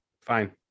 fine